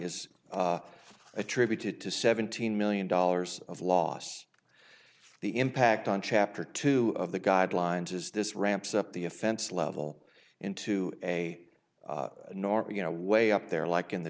is attributed to seventeen million dollars of loss the impact on chapter two of the guidelines is this ramps up the offense level into a norm you know way up there like in the